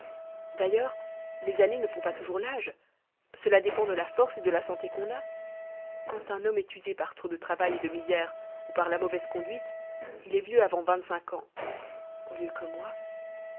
d'ailleurs les années ne font pas toujours l'âge cela dépend de la force et de la santé qu'on a quand un homme est usé par trop de travail et de misère ou par la mauvaise conduite il est vieux avant vingt-cinq ans au lieu que moi